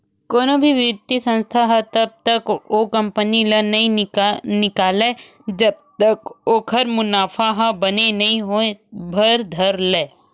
कोनो भी बित्तीय संस्था ह तब तक ओ कंपनी ले नइ निकलय जब तक ओखर मुनाफा ह बने नइ होय बर धर लय